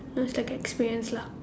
it's like a experience lah